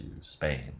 Spain